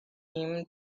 him